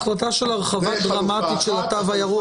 זאת החלטה על הרחבה דרמטית של התו הירוק.